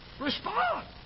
Respond